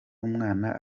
umwana